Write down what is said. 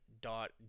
dot